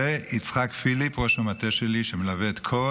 יצחק פיליפ, ראש המטה שלי, שמלווה את כל